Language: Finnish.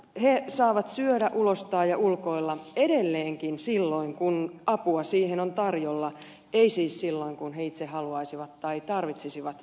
he saavat syödä ulostaa ja ulkoilla edelleenkin silloin kun apua siihen on tarjolla ei siis silloin kun he itse haluaisivat tai tarvitsisivat